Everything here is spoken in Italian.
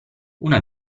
una